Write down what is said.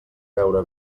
beure